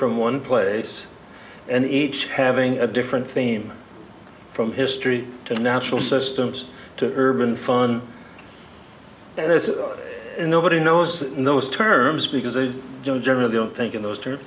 from one place and each having a different theme from history to natural systems to urban fun there's nobody knows knows terms because they don't generally don't think in those terms